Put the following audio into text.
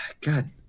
God